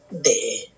day